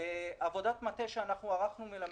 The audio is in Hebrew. במסגרת המהלך המרכזי,